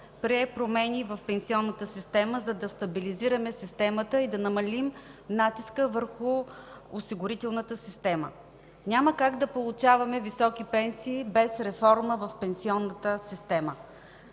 прие промени в пенсионната система, за да стабилизираме системата и да намалим натиска върху осигурителната система. Няма как да получаваме високи пенсии без реформа в пенсионната система.